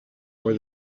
where